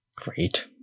Great